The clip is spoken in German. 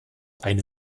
eine